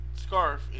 scarf